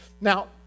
Now